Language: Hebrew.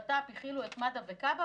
בט"פ הכילו את מד"א וכב"א,